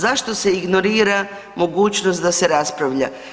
Zašto se ignorira mogućnost da se raspravlja?